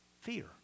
Fear